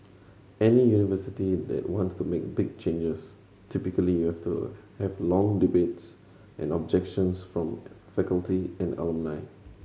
any university that wants to make big changes typically you have to have long debates and objections from faculty and alumni